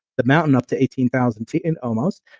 but not enough to eighteen thousand feet in almost.